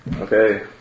Okay